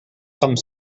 some